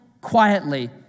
quietly